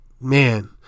man